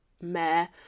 Mayor